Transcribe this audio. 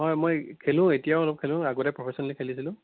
হয় মই খেলো এতিয়াও অলপ খেলো আগতে প্ৰফেচনেলি খেলিছিলো